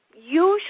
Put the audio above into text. usually